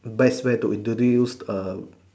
best way to introduce a